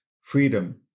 freedom